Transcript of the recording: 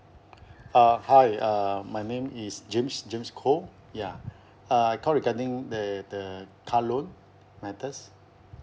uh hi uh my name is james james koh ya uh I called regarding the the car loan matters